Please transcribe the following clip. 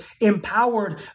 empowered